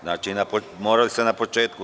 Znači, morali ste na početku.